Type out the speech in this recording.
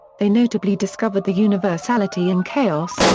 they notably discovered the universality in chaos,